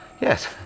Yes